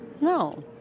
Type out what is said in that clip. No